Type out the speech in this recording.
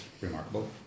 remarkable